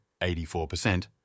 84%